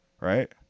right